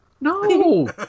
No